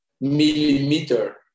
millimeter